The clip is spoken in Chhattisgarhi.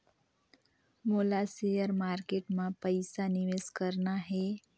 मोला शेयर मार्केट मां पइसा निवेश करना हे?